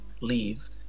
leave